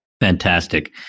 Fantastic